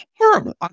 horrible